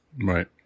Right